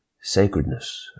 sacredness